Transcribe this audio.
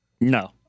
No